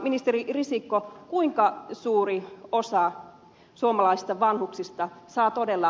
ministeri risikko kuinka suuri osa suomalaisista vanhuksista saa todella